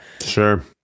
Sure